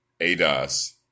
ADOS